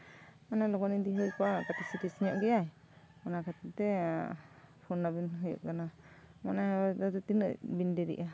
ᱢᱟᱱᱮ ᱞᱚᱜᱚᱱ ᱤᱫᱤ ᱦᱩᱭ ᱠᱚᱜᱼᱟ ᱠᱟᱹᱴᱤᱡ ᱥᱤᱨᱤᱭᱟᱥ ᱧᱚᱜ ᱜᱮᱭᱟᱭ ᱚᱱᱟ ᱠᱷᱟᱹᱛᱤᱨ ᱛᱮ ᱯᱷᱳᱱᱟᱵᱤᱱ ᱦᱩᱭᱩᱜ ᱠᱟᱱᱟ ᱢᱟᱱᱮ ᱟᱫᱚ ᱛᱤᱱᱟᱹᱜ ᱵᱤᱱ ᱰᱤᱨᱤᱜᱼᱟ